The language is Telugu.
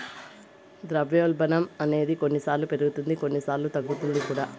ద్రవ్యోల్బణం అనేది కొన్నిసార్లు పెరుగుతుంది కొన్నిసార్లు తగ్గుతుంది కూడా